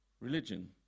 Religion